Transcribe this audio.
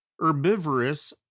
herbivorous